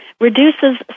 reduces